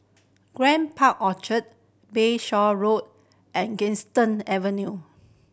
Grand Park Orchard Bayshore Road and Galistan Avenue